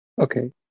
Okay